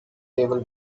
table